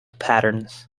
patterns